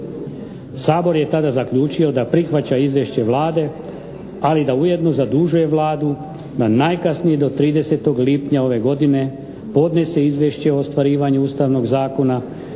Sabor je tada zaključio da prihvaća izvješće Vlade, ali da ujedno zadužuje Vladu da najkasnije do 30. lipnja ove godine podnese izvješće o ostvarivanju Ustavnog zakona